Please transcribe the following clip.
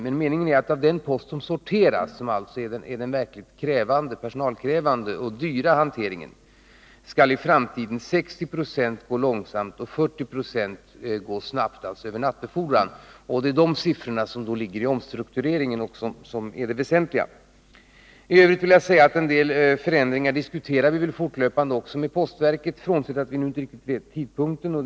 Meningen är emellertid att av den post som sorteras och som Måndagen den alltså utgör den verkligt personalkrävande och dyra hanteringen skall i 23 februari 1981 framtiden 60 26 gå långsamt och 40 96 snabbt, alltså via nattbefordran. Det är de siffrorna som ligger i omstruktureringen och som är det väsentliga. Vidare vill jag säga att en del förändringar diskuterar vi fortlöpande med postverket, även om vi inte nu riktigt vet vid vilken tidpunkt de kan genomföras.